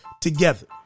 together